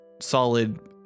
solid